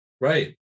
Right